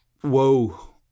Whoa